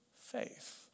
faith